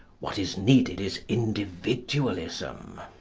what is needed is individualism.